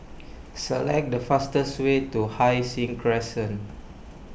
select the fastest way to Hai Sing Crescent